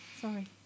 Sorry